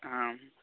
ਹਾਂ